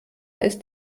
ist